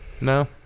No